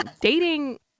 dating